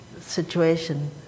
situation